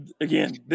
again